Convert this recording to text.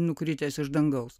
nukritęs iš dangaus